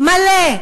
מלא,